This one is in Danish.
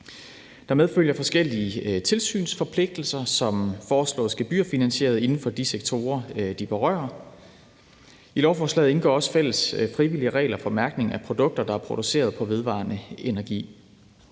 Der medfølger forskellige tilsynsforpligtelser, som foreslås gebyrfinansieret inden for de sektorer, de berører. I lovforslaget indgår også fælles frivillige regler for mærkning af produkter, der er produceret på vedvarende energi.